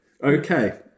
Okay